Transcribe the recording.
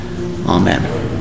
Amen